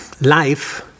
life